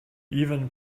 even